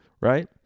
right